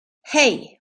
hey